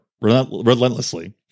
relentlessly